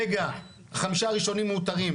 ברגע חמישה הראשונים מאותרים,